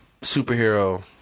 superhero